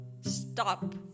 stop